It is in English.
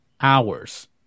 hours